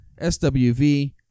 SWV